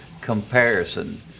comparison